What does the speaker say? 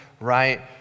right